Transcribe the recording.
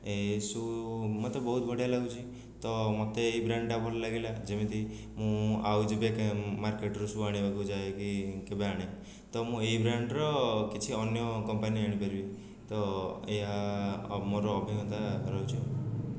ଏଇ ଶୁ ମୋତେ ବହୁତ ବଢ଼ିଆ ଲାଗୁଛି ତ ମୋତେ ଏଇ ବ୍ରାଣ୍ଡଟା ଭଲ ଲାଗିଲା ଯେମିତି ମୁଁ ଆଉ ଯେବେ ମାର୍କେଟରୁ ଶୁ ଆଣିବାକୁ ଯାଏ କି କେବେ ଆଣେ ତ ମୁଁ ଏଇ ବ୍ରାଣ୍ଡର କିଛି ଅନ୍ୟ କମ୍ପାନୀ ଆଣିପାରିବି ତ ଏହା ମୋର ଅଭିଜ୍ଞତା ରହୁଛି